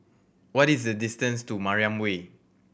what is the distance to Mariam Way